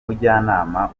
mujyanama